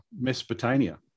Mesopotamia